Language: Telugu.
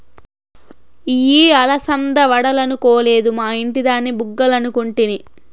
ఇయ్యి అలసంద వడలనుకొలేదు, మా ఇంటి దాని బుగ్గలనుకుంటిని